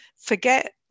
forget